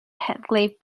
heathcliff